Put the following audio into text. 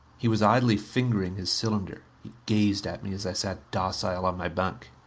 he was idly fingering his cylinder he gazed at me as i sat docile on my bunk.